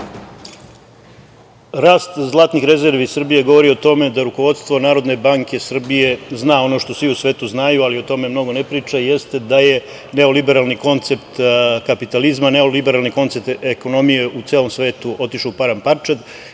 Rast zlatnih rezervi u Srbiji govori o tome da rukovodstvo NBS zna ono što svi u svetu znaju, ali o tome mnogo ne priča, jeste da je neoliberalni koncept kapitalizma, neoliberalni koncept ekonomije u celom svetu otišao u param parčad